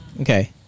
Okay